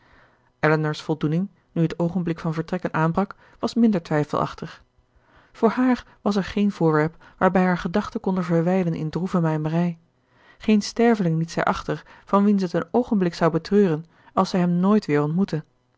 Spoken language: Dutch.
elinor's voldoening nu het oogenblik van vertrekken aanbrak was minder twijfelachtig voor haar was er geen voorwerp waarbij haar gedachten konden verwijlen in droeve mijmerij geen sterveling liet zij achter van wien ze t een oogenblik zou betreuren als zij hem nooit weer ontmoette